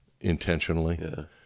intentionally